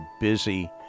busy